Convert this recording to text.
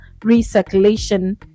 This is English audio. recirculation